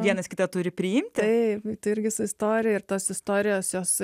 vienas kitą turi priimti tai irgi su istorija ir tos istorijos jos